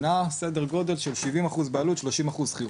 נע בסדר גודל של 70% בעלות 30% שכירות.